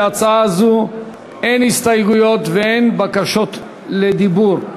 להצעה זו אין הסתייגויות ואין בקשות לדיבור.